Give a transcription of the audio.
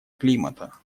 климата